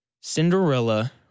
Cinderella